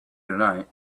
tonight